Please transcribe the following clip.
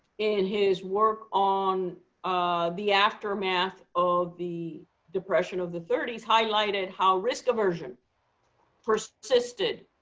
in his work on ah the aftermath of the depression of the thirty s, highlighted how risk aversion persisted